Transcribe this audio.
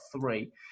three